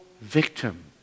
victim